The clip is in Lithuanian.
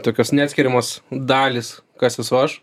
tokios neatskiriamos dalys kas esu aš